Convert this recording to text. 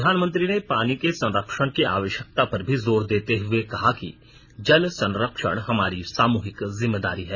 प्रधानमंत्री ने पानी के संरक्षण की आवश्यकता पर भी जोर देते हुए कहा कि जल संरक्षण हमारी सामूहिक जिम्मेदारी है